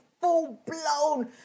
full-blown